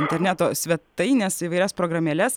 interneto svetaines įvairias programėles